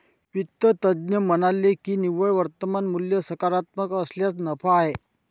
वित्त तज्ज्ञ म्हणाले की निव्वळ वर्तमान मूल्य सकारात्मक असल्यास नफा आहे